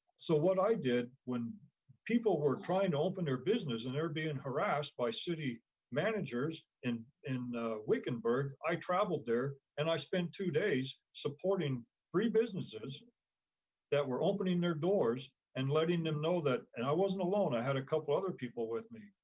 so what i did when people were trying to open their business and they're being harassed by city managers in in wickenburg, i traveled there and i spent two days support three businesses that were opening their doors and letting them know that, and i wasn't alone, i had a couple other people with me,